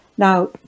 Now